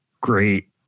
great